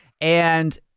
and-